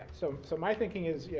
so so my thinking is, yeah